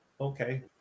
okay